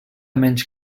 menys